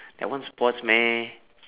that one sports meh